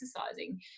exercising